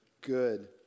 Good